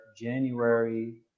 January